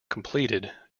completed